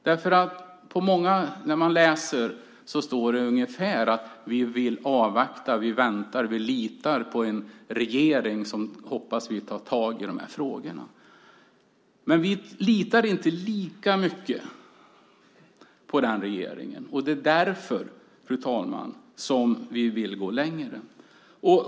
När man läser kan man se att det står ungefär: vi vill avvakta, vi väntar, vi litar på en regering som vi hoppas tar tag i de här frågorna. Men vi litar inte lika mycket på den regeringen. Det är därför, fru talman, som vi vill gå längre.